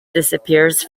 disappears